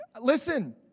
Listen